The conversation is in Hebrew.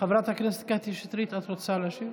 חברת הכנסת קטי שטרית, את רוצה להשיב?